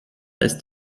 ist